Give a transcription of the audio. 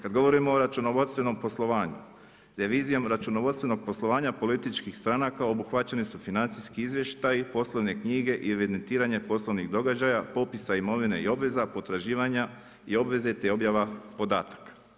Kada govorimo o računovodstvenom poslovanju, revizijom računovodstvenog poslovanja političkih stranaka obuhvaćeni su financijski izvještaji, poslovne knjige i evidentiranje poslovnih događaja, popisa imovine i obveza, potraživanja i obveze te objava podataka.